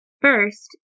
First